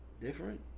different